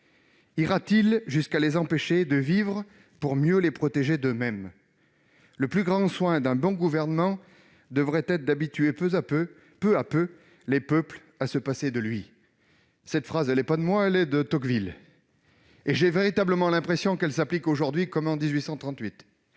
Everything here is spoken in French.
Ira-t-il jusqu'à les empêcher de vivre pour mieux les protéger d'eux-mêmes ? Le plus grand soin d'un bon gouvernement devrait être d'habituer peu à peu les peuples à se passer lui. » Cette citation n'est pas de moi, elle est de Tocqueville. Ah ! Or j'ai véritablement l'impression qu'elle s'applique aujourd'hui comme en 1838.